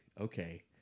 okay